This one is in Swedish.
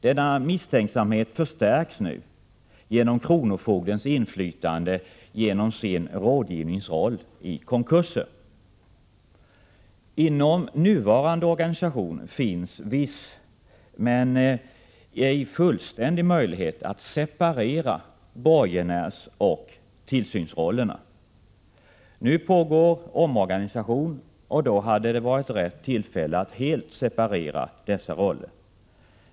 Denna misstänksamhet förstärks nu av kronofogdens inflytande genom sin rådgivningsroll i konkurser. Inom nuvarande organisation finns viss, men ej fullständig, möjlighet att separera borgenärsoch tillsynsrollerna. Nu pågår omorganisation, och det hade då varit rätt tillfälle att helt separera dessa roller.